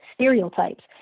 stereotypes